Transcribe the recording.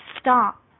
stop